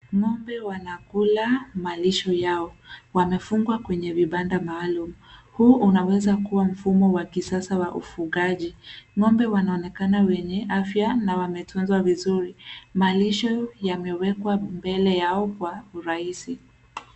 Ng'ombe wanakula malisho yao. Wamefungwa kwenye vibanda maalum, huu unaweza kuwa mfumo wa kisasa wa ufungaji. Ng'ombe wanaonekana wenye afya na wametunzwa vizuri. Malisho yamewekwa mbele yao kwa urahisi.